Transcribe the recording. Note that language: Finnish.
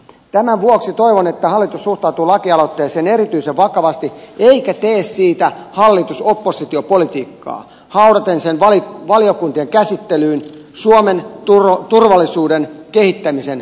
tämän vuoksi toivon että hallitus suhtautuu lakialoitteeseen erityisen vakavasti eikä tee siitä hallitusoppositio politiikkaa haudaten sen valiokuntien käsittelyyn suomen turvallisuuden kehittämisen vahingoksi